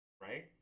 right